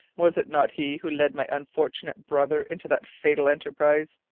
was it not he who led my unfortunate brother into that fatal enterprise?